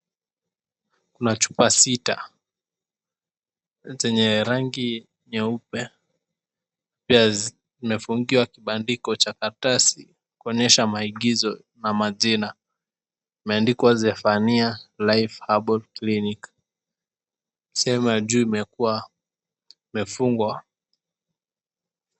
Kuna chupa sita zenye rangi nyeupe zimefungiwa kibandiko cha karatasi kuonyesha maigizo na majia. Imeandikwa Zephaniah Life Herbal Clinic. Sehemu ya juu ikiwa imefungwa.